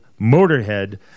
Motorhead